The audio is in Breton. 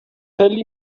pell